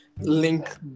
link